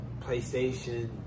PlayStation